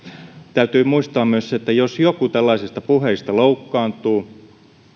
täytyy muistaa myös se että jos joku tällaisista puheista loukkaantuu